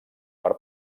per